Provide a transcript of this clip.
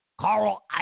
Carl